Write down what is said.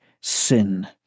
sin